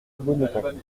bonneton